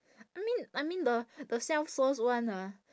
I mean I mean the the self source [one] ah